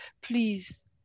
please